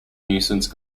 nuisance